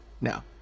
Now